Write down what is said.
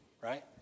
right